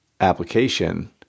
application